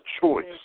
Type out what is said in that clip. choice